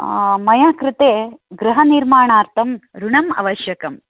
मया कृते गृह निर्माणार्थं ऋणम् आवश्यकम्